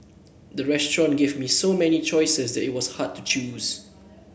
the restaurant give me so many choices that it was hard to choose